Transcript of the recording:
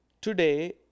Today